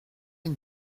une